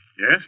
Yes